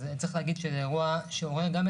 אז צריך להגיד שזה אירוע שהרעיד את